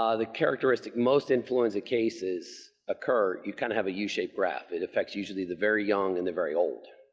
ah the characteristic of most influenza cases occur, you kind of have a yeah u-shaped graph. it affects usually the very young and the very old.